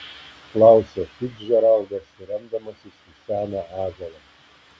klausia ficdžeraldas remdamasis į seną ąžuolą